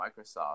Microsoft